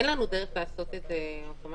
אין לנו דרך לעשות את זה אוטומטית?